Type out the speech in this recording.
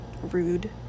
rude